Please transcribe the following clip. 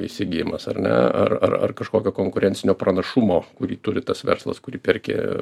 įsigijimas ar ne ar ar ar kažkokio konkurencinio pranašumo kurį turi tas verslas kurį perki